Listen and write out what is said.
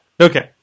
Okay